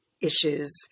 issues